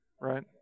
right